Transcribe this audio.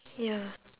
ya